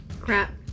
Crap